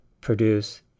produce